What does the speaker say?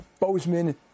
Bozeman